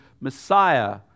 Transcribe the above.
Messiah